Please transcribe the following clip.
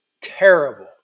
terrible